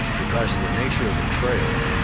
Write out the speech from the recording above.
because of the nature of the trail,